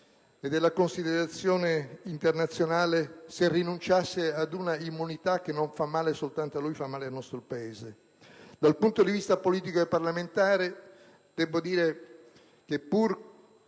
e della considerazione internazionale se rinunciasse ad un'immunità che non fa male soltanto a lui ma fa male al nostro Paese. Dal punto di vista politico e parlamentare, pur